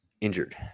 Injured